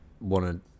wanted